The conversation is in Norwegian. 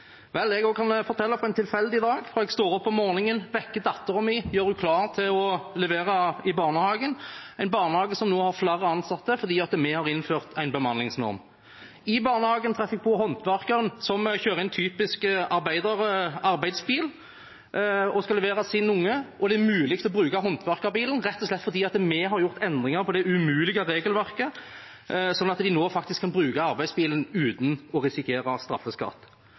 Vel, jeg kan også fortelle fra en tilfeldig dag. Jeg står opp om morgenen, vekker datteren min og gjør henne klar til levering i barnehagen – en barnehage som nå har flere ansatte fordi vi har innført en bemanningsnorm. I barnehagen treffer jeg på håndverkeren, som skal levere ungen sin, og som kjører en typisk arbeidsbil. Det er mulig for ham å bruke håndverkerbilen rett og slett fordi vi har endret det umulige regelverket, sånn at han nå faktisk kan bruke arbeidsbilen uten å risikere straffeskatt.